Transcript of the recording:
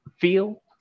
feel